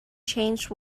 changed